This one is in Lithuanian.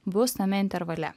bus tame intervale